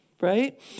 right